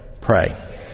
pray